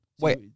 Wait